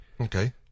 Okay